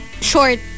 short